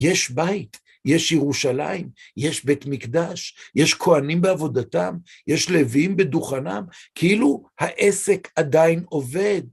יש בית. יש ירושלים. יש בית מקדש. יש כהנים בעבודתם. יש לויים בדוכנם. כאילו העסק עדיין עובד.